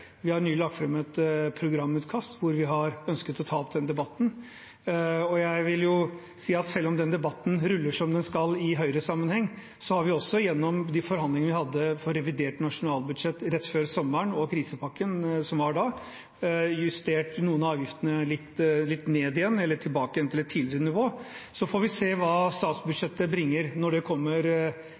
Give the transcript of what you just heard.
Vi har nylig lagt fram et programutkast der vi har ønsket å ta opp den debatten, og jeg vil si at selv om den debatten ruller som den skal i Høyre-sammenheng, har vi også gjennom de forhandlingene vi hadde om revidert nasjonalbudsjett rett før sommeren, og krisepakken som var da, justert noen av avgiftene litt ned igjen eller tilbake til et tidligere nivå. Så får vi se hva statsbudsjettet bringer når det kommer